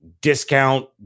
discount